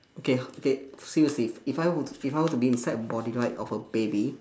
okay okay seriously if I were to if I were to be inside a body right of a baby